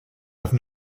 have